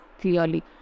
clearly